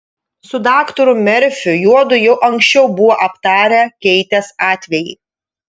su daktaru merfiu juodu jau anksčiau buvo aptarę keitės atvejį